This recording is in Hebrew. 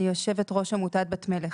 אני יושבת-ראש עמותת בת מלך,